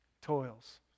toils